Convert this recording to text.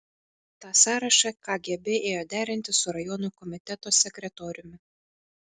tą sąrašą kgb ėjo derinti su rajono komiteto sekretoriumi